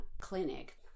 clinic